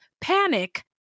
panic